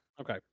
Okay